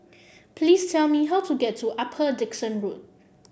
please tell me how to get to Upper Dickson Road